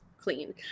clean